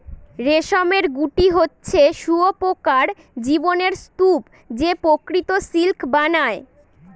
রেশমের গুটি হচ্ছে শুঁয়োপকার জীবনের স্তুপ যে প্রকৃত সিল্ক বানায়